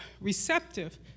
receptive